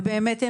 ובאמת,